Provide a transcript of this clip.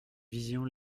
vision